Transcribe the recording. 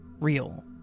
real